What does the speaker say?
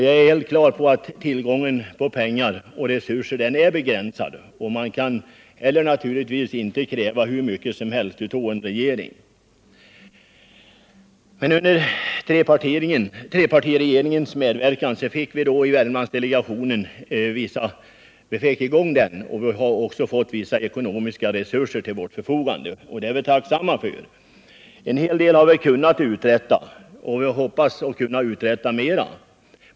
Jag är helt på det klara med att tillgången på pengar och andra resurser är begränsad. Man kan naturligtvis inte heller kräva hur mycket som helst av en regering. Med trepartiregeringens medverkan fick vi till stånd Värmlandsdelegationen, och vi har också fått vissa ekonomiska resurser till vårt förfogande. Det är vi tacksamma för. En hel del har vi kunnat uträtta och vi hoppas kunna uträtta mer.